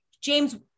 James